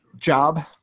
job